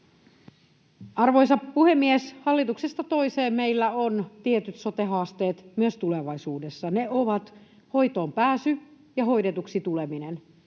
Arvoisa puhemies! Hallituksesta toiseen meillä on tietyt sote-haasteet myös tulevaisuudessa. Ne ovat hoitoonpääsy ja hoidetuksi tuleminen.